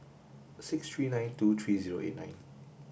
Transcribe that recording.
six three nine two three zero eight nine